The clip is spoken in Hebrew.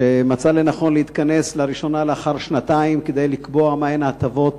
שמצאה לנכון להתכנס לראשונה לאחר שנתיים כדי לקבוע מהן ההטבות